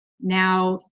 now